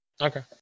Okay